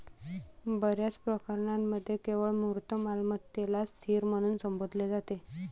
बर्याच प्रकरणांमध्ये केवळ मूर्त मालमत्तेलाच स्थिर म्हणून संबोधले जाते